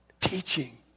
teaching